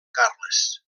carles